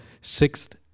sixth